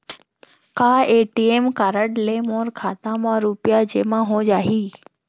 का ATM card ले मोर खाता म रुपिया जेमा हो जाही?